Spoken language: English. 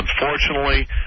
Unfortunately